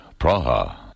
Praha